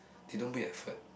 they don't put in effort